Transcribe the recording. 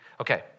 Okay